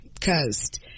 coast